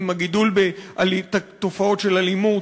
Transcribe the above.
עם הגידול בתופעות של אלימות,